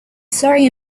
surrey